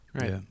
right